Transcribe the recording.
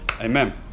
Amen